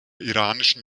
iranischen